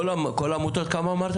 שר הרווחה והביטחון החברתי